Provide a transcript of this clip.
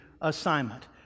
assignment